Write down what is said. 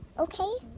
okay,